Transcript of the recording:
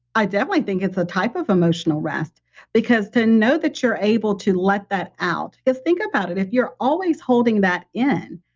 i definitely think it's a type of emotional rest because to know that you're able to let that out, just think about it, if you're always holding that in,